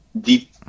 deep